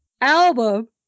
album